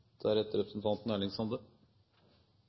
deretter representanten